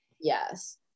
Yes